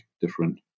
different